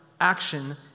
action